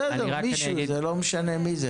בסדר, מישהו, לא משנה מי.